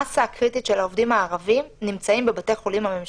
המסה הקריטית של העובדים הערבים נמצאת בבתי החולים הממשלתית.